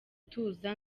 tuza